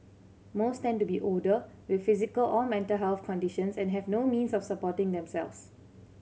most tend to be older with physical or mental health conditions and have no means of supporting themselves